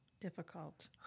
difficult